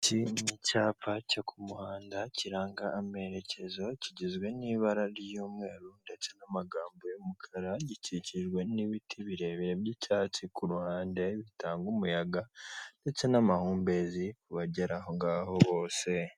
Iki cyapa cyo ku muhanda kiranga amerekezo kigizwe n'ibara ry'umweru, ndetse n'amagambo y'umukara, gikikijwe n'ibiti birebire by'icyatsi ku ruhande bitanga umuyaga ndetse n'amahumbezi ku bagera aho ngaho bose.